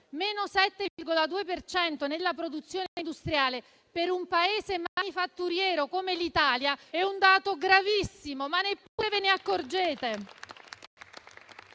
cento nella produzione industriale ad aprile, che per un Paese manifatturiero come l'Italia è un dato gravissimo. Ma neppure ve ne accorgete.